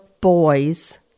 boys